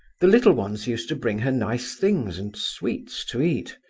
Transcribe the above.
the little ones used to bring her nice things and sweets to eat,